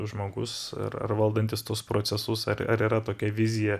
žmogus ar ar valdantis tuos procesus ar ar yra tokia vizija